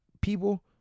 people